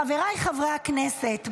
חבריי חברי הכנסת,